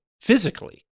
physically